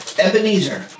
Ebenezer